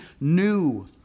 new